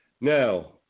Now